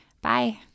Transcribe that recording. Bye